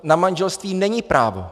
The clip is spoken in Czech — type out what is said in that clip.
Na manželství není právo.